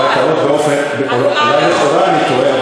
אולי לכאורה אני טועה,